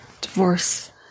divorce